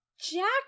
Jack